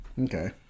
Okay